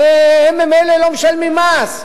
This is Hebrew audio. הרי הם ממילא לא משלמים מס.